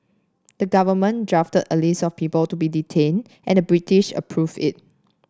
the government drafted a list of people to be detain and the British approve it